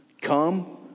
come